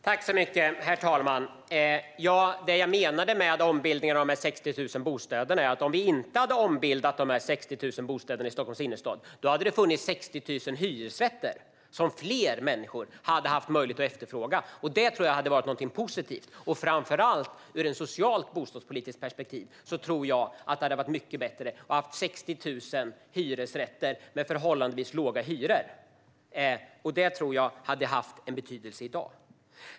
Herr talman! Det jag menade när jag talade om ombildningen av de 60 000 bostäderna i Stockholms innerstad är att om vi inte hade ombildat dem skulle det ha funnits 60 000 hyresrätter som fler människor skulle ha haft möjlighet att efterfråga. Det tror jag hade varit någonting positivt. Framför allt tror jag att det ur ett socialt bostadspolitiskt perspektiv hade varit mycket bättre att ha 60 000 hyresrätter med förhållandevis låga hyror. Det tror jag skulle ha haft betydelse i dag.